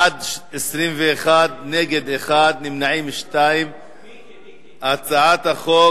בעד, 21, נגד, 1, נמנעים, 2. הצעת החוק